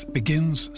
begins